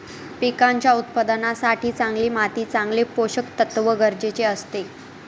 पिकांच्या उत्पादनासाठी चांगली माती चांगले पोषकतत्व गरजेचे असते